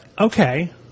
okay